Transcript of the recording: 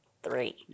Three